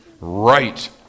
Right